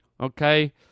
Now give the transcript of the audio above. okay